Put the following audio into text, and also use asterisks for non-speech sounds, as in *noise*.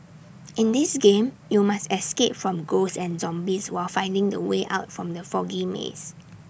*noise* in this game you must escape from ghosts and zombies while finding the way out from the foggy maze